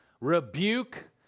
rebuke